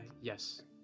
Yes